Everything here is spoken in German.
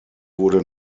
wurde